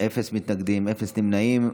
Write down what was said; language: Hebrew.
אין מתנגדים, אין נמנעים.